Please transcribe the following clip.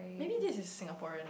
maybe this is Singaporean lah